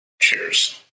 Cheers